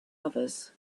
others